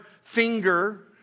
finger